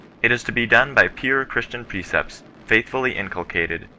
it is to be done by pure christian precepts faithfully incul cated,